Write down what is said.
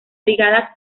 brigadas